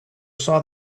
saw